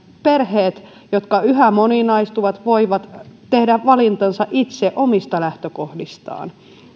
perheet jotka yhä moninaistuvat voivat tehdä valintansa itse omista lähtökohdistaan